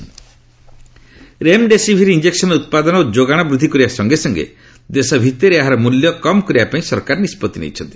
remdesivir remdesivir injection ଉତ୍ପାଦନ ଓ ଯୋଗାଣ ବୃଦ୍ଧି କରିବା ସଙ୍ଗେ ସଙ୍ଗେ ଦେଶ ଭିତରେ ଏହାର ମୂଲ୍ୟ କମ୍ କରିବା ପାଇଁ ସରକାର ନିଷ୍ପତ୍ତି ନେଇଛନ୍ତି